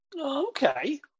okay